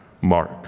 Mark